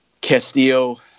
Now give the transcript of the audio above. Castillo